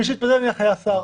מי שהתפטר, נהיה שר,